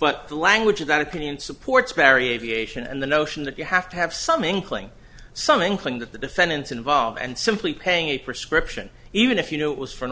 but the language of that opinion supports perry aviation and the notion that you have to have some inkling some inkling that the defendants involved and simply paying a prescription even if you know it was for an